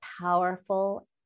powerful